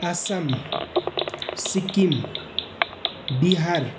Assam Sikkim Bihar